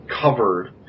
covered